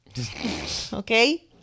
Okay